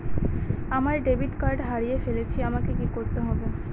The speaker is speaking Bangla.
আমার ডেবিট কার্ডটা হারিয়ে ফেলেছি আমাকে কি করতে হবে?